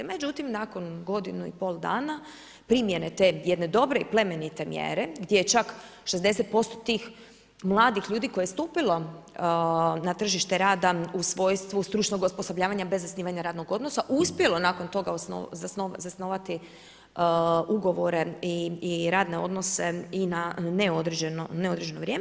Međutim, nakon godinu i pol dana, primjene te jedne dobre i plemenite mjere gdje je čak 60% tih mladih ljudi, koje je stupilo na tržište rada u svojstvu stručnog osposobljavanja bez zasnivanja radnog odnosa, uspjelo nakon toga zasnovati ugovore i radne odnose i na neodređeno vrijeme.